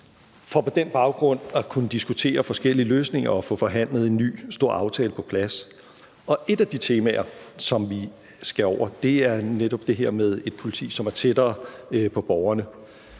for på den baggrund at kunne diskutere forskellige løsninger og få forhandlet en ny stor aftale på plads. Et af de temaer, som vi skal over, er netop det her med et politi, som er tættere på borgerne.